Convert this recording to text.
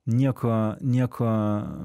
nieko nieko